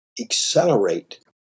accelerate